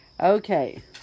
okay